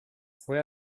fue